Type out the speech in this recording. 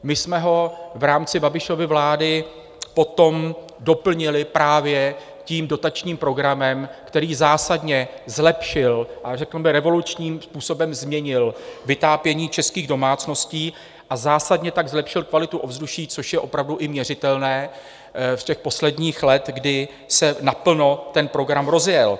My jsme ho v rámci Babišovy vlády potom doplnili právě tím dotačním programem, který zásadně zlepšil a řekl bych revolučním způsobem změnil vytápění českých domácností a zásadně tak zlepšil kvalitu ovzduší, což je opravdu i měřitelné, těch posledních let, kdy se naplno ten program rozjel.